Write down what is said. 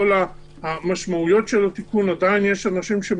כל הנושא של פרוטוקול רשות האמנה הזאת הוא פשוט- -- אף אחד לא